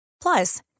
Plus